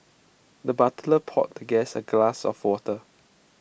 the butler poured the guest A glass of water